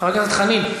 חבר הכנסת חנין,